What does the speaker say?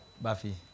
Buffy